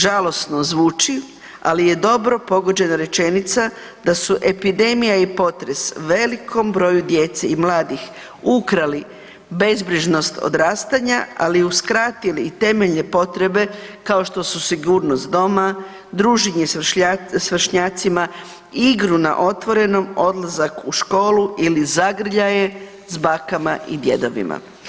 Žalosno zvuči ali je dobro pogođena rečenica da su epidemija i potres velikom broju djece i mladih ukrali bezbrižnost odrastanja, ali i uskratili temeljne potrebe kao što su sigurnost doma, druženje s vršnjacima, igru na otvorenom, odlazak u školu ili zagrljaje s bakama i djedovima.